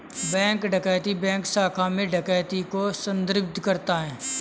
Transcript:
bank डकैती bank शाखा में डकैती को संदर्भित करता है